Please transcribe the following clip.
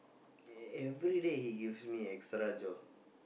e~ everyday he gives me extra job